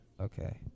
Okay